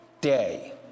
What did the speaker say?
day